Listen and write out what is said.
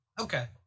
Okay